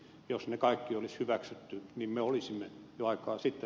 jos ne kaikki olisi hyväksytty niin me olisimme vaikka sitä